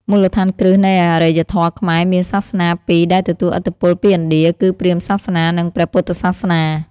មូលដ្ឋានគ្រឹះនៃអរិយធម៌ខ្មែរមានសាសនាពីរដែលទទួលឥទ្ធិពលពីឥណ្ឌា គឺព្រាហ្មណ៍សាសនា និងព្រះពុទ្ធសាសនា។